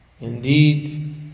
Indeed